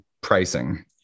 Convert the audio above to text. pricing